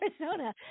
Arizona